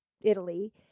Italy